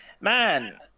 man